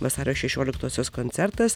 vasario šešioliktosios koncertas